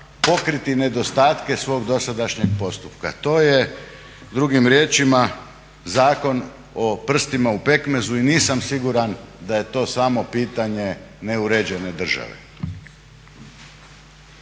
pokriti nedostatke svoga dosadašnjeg postupka. To je drugim riječima zakon o prstima u pekmezu i nisam siguran da je to samo pitanje neuređene države.